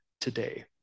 today